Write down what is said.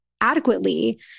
adequately